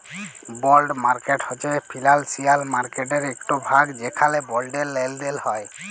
বল্ড market হছে financial মার্কেটের ইকট ভাগ যেখালে বল্ডের লেলদেল হ্যয়